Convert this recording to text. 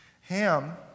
Ham